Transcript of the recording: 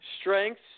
strengths